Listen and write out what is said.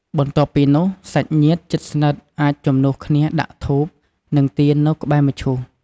បន្ទាប់ពីនោះ សាច់ញាតិជិតស្និទ្ធអាចជំនួសគ្នាដាក់ធូប និងទៀននៅក្បែរមឈូស។